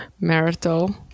marital